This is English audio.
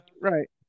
right